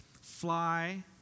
fly